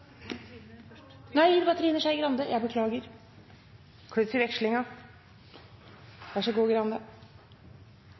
representanten Skei Grande, hvis jeg